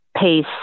pace